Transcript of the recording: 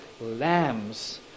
lambs